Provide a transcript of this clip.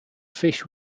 fish